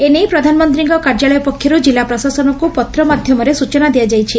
ଏନେଇ ପ୍ରଧାନମନ୍ତୀଙ୍କ କାର୍ଯ୍ୟାଳୟ ପକ୍ଷରୁ କିଲ୍ଲୁ ପ୍ରଶାସନକୁ ପତ୍ର ମାଧ୍ଧମରେ ସୂଚନା ଦିଆଯାଇଛି